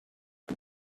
and